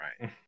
right